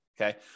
Okay